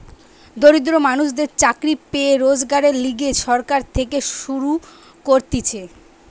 দরিদ্র মানুষদের চাকরি পেয়ে রোজগারের লিগে সরকার থেকে শুরু করতিছে